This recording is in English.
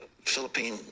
Philippine